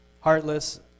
heartless